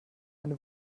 eine